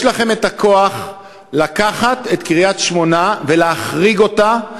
יש לכם את הכוח לקחת את קריית-שמונה ולהחריג אותה,